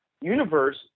universe